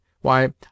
Why